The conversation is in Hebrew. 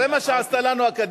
אחרי מה שעשתה לנו האקדמיה,